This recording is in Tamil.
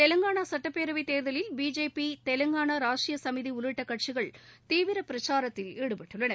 தெலங்கானா சட்டப்பேரவைத் தேர்தலில் பிஜேபி தெலங்கானா ராஷ்ட்ரிய சமிதி உள்ளிட்ட கட்சிகள் தீவிரப்பிரச்சாரத்தில் ஈடுபட்டுள்ளன